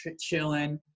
chilling